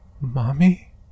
Mommy